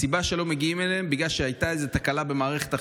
הסיבה שלא מגיעים אליהם זה שהייתה איזו תקלה במערכת החשמל.